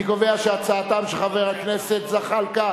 אני קובע שהצעתה של חברת הכנסת דליה איציק כפי